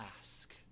ask